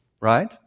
Right